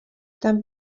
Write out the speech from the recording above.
tam